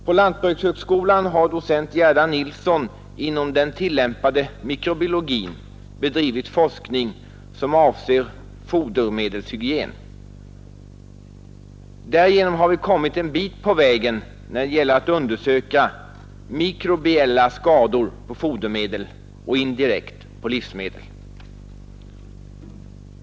På lantbrukshögskolan har docent Gerda Nilsson inom den tillämpade mikrobiologin bedrivit forskning som avser fodermedelshygien. Därigenom har vi kommit en bit på vägen när det gäller att undersöka mikrobiella skador på fodermedel och indirekt på livsmedel.